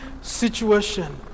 situation